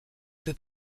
peu